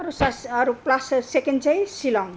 अरू सस अरू प्लस अरू सेकेन्ड चाहिँ सिलङ